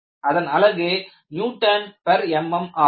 அதன் அலகு Nmm ஆகும்